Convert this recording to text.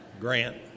Grant